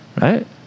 right